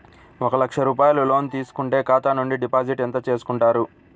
ఒక లక్ష రూపాయలు లోన్ తీసుకుంటే ఖాతా నుండి డిపాజిట్ ఎంత చేసుకుంటారు?